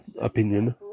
opinion